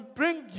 bring